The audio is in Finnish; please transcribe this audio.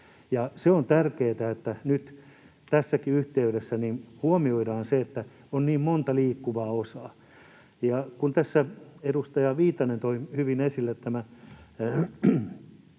ja on tärkeätä, että nyt tässäkin yhteydessä huomioidaan se, että on niin monta liikkuvaa osaa. Tässä edustaja Viitanen toi hyvin esille